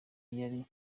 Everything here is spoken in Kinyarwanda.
yari